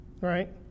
right